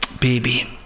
baby